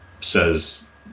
says